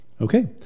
Okay